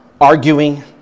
arguing